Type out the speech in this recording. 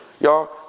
Y'all